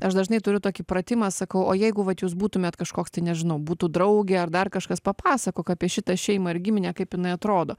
aš dažnai turiu tokį pratimą sakau o jeigu vat jūs būtumėt kažkoks tai nežinau būtų draugė ar dar kažkas papasakok apie šitą šeimą ir giminę kaip jinai atrodo